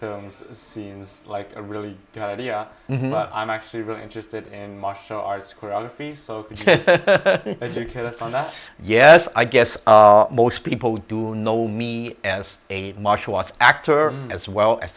of it seems like a really good idea i'm actually really interested in martial arts choreographies yes i guess most people do know me as a martial arts actor as well as